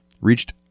reached